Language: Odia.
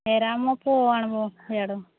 ସେରା ମୋ ପୁଅ ଆଣିବ ସେଆଡ଼ୁ